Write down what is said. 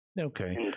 okay